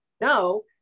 no